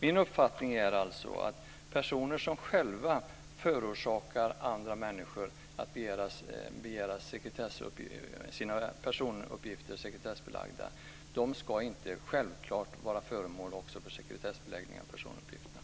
Min uppfattning är att personer som själva förorsakar att andra människor begär att få sina personuppgifter sekretessbelagda inte själva självklart ska vara föremål för sekretessbeläggning av personuppgifter.